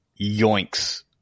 yoinks